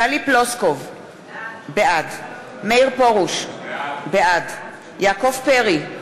טלי פלוסקוב, בעד מאיר פרוש, בעד יעקב פרי,